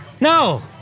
No